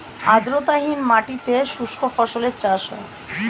আর্দ্রতাহীন মাটিতে শুষ্ক ফসলের চাষ হয়